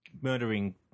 murdering